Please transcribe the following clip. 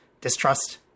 distrust